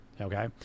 Okay